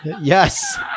Yes